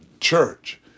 church